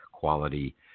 quality